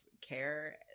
care